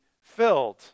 filled